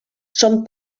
són